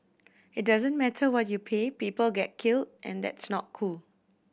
it doesn't matter what you pay people get killed and that's not cool